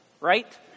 right